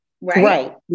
Right